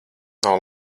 nav